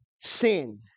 sin